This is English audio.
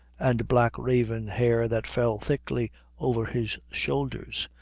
and black raven hair that fell thickly over his shoulders,